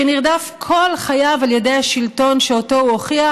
שנרדף כל חייו על ידי השלטון שאותו הוא הוכיח,